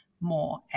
more